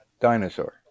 dinosaur